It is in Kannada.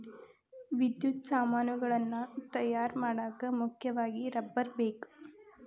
ವಿದ್ಯುತ್ ಸಾಮಾನುಗಳನ್ನ ತಯಾರ ಮಾಡಾಕ ಮುಖ್ಯವಾಗಿ ರಬ್ಬರ ಬೇಕ